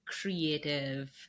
creative